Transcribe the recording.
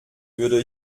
würde